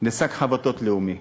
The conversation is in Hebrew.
לשק חבטות לאומי,